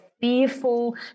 fearful